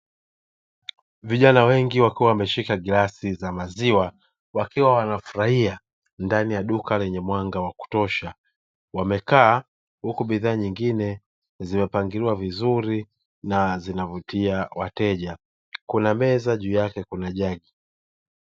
Vijana wengi wakiwa wameshika glasi za maziwa wakiwa wanafurahia ndani ya duka lenye mwanga wa kutosha, wamekaa huku bidhaa nyingine zimepangiliwa vizuri na zinavutia wateja, kuna meza juu yake kuna jagi.